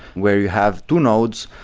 where you have two nodes,